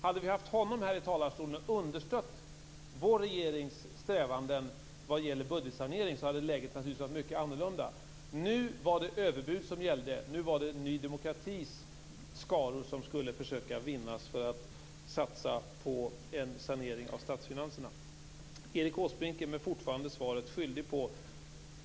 Hade vi haft honom här i talarstolen, där han hade understött vår regerings strävanden vad gäller budgetsanering, hade läget naturligtvis varit mycket annorlunda. Nu var det överbud som gällde. Nu var det Ny demokratis skaror som skulle försöka vinnas för att satsa på en sanering av statsfinanserna. Erik Åsbrink är mig fortfarande svaret skyldig.